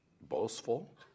boastful